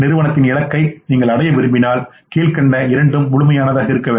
நிறுவனத்தின் இலக்கை நீங்கள் அடைய விரும்பினால் கீழ்க்கண்ட இரண்டும் முழுமையானதாக இருக்க வேண்டும்